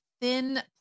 thin